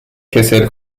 کسل